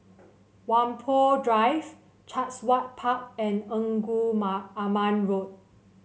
Whampoa Drive Chatsworth Park and Engku Aman Road